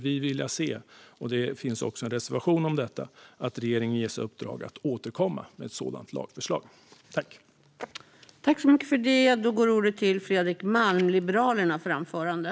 Vi vill att regeringen ges i uppdrag att återkomma med ett sådant lagförslag. Det finns också en reservation om detta.